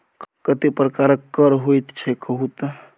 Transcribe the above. कतेक प्रकारक कर होइत छै कहु तए